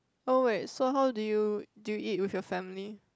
oh wait so how do you do you eat with your family